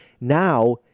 Now